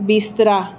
ਬਿਸਤਰਾ